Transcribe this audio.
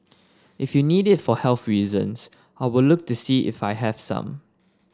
if you need it for health reasons I will look to see if I have some